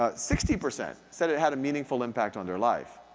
ah sixty percent said it had a meaningful impact on their life.